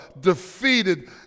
defeated